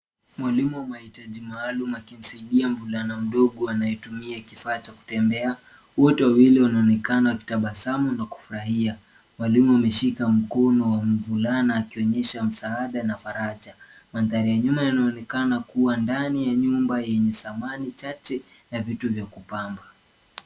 Mwalimu wa mahitaji maalum akimsaidia mvulana mdogo anayetumia kifaa cha kutembea. Wote wawili wanaonekana wakitabasamu na kufurahia. Mwalimu ameshika mkono wa mvulana akionyesha msaada na faraja. Mandhari ya nyuma inaonekana kuwa ndani ya nyumba yenye samani chache ya vitu vya kupamba.